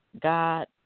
God